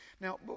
now